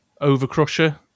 overcrusher